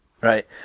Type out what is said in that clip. Right